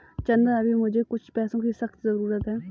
चंदन अभी मुझे कुछ पैसों की सख्त जरूरत है